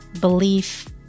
belief